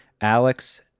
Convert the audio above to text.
Alex